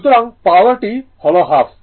সুতরাং পাওয়ারটি হল হাফ